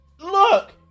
Look